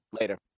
Later